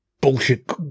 bullshit